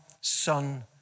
Son